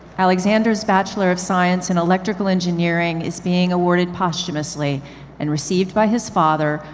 alexander's bachelor of science in electrical engineering is being awarded posthumously and received by his father,